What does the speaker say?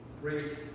Great